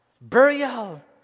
Burial